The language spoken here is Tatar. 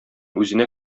үзенә